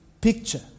picture